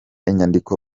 inyandiko